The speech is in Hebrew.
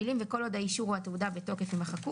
המילים וכל עוד האישור או התעודה בתוקף ימחקו